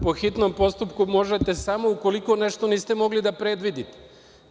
Po hitnom postupku možete samo ukoliko nešto niste mogli da predvidite.